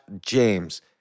James